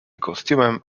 kostiumem